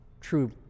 true